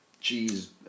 cheese